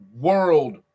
world